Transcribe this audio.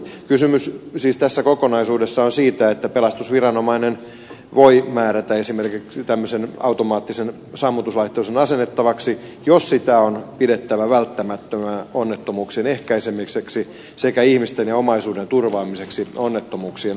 kysymys tässä kokonaisuudessa on siis siitä että pelastusviranomainen voi määrätä esimerkiksi tämmöisen automaattisen sammutuslaitteiston asennettavaksi jos sitä on pidettävä välttämättömänä onnettomuuksien ehkäisemiseksi sekä ihmisten ja omaisuuden turvaamiseksi onnettomuuksien varalta